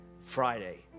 Friday